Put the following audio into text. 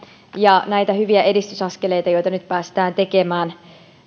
ja näitä hyviä edistysaskeleita joita nyt päästään tekemään